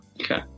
okay